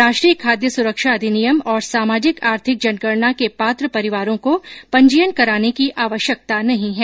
राष्ट्रीय खाद्य सुरक्षा अधिनियम और सामाजिक आर्थिक जनगणना के पात्र परिवारों को पंजीयन कराने की आवश्यकता नहीं है